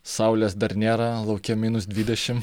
saulės dar nėra lauke minus dvidešim